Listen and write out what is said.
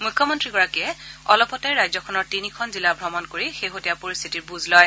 মুখ্যমন্ত্ৰীগৰাকীয়ে অলপতে ৰাজ্যখনৰ তিনিখন জিলা ভ্ৰমণ কৰি শেহতীয়া পৰিস্থিতিৰ বুজ লয়